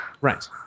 Right